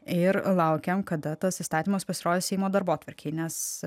ir laukiam kada tas įstatymas pasirodys seimo darbotvarkėje nes